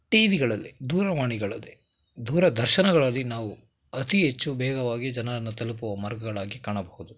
T ವಿಗಳಲ್ಲಿ ದೂರವಾಣಿಗಳಲ್ಲಿ ದೂರದರ್ಶನಗಳಲ್ಲಿ ನಾವು ಅತೀ ಹೆಚ್ಚು ವೇಗವಾಗಿ ಜನರನ್ನು ತಲುಪುವ ಮಾರ್ಗಗಳಾಗಿ ಕಾಣಬಹುದು